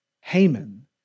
Haman